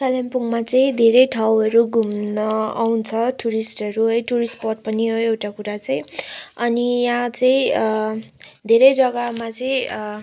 कालिम्पोङमा चाहिँ धेरै ठाउँहरू घुम्न आउँछ टुरिस्टहरू है टुरिस्ट स्पट पनि हो एउटा कुरा चाहिँ अनि यहाँ चाहिँ धेरै जग्गामा चाहिँ